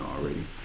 already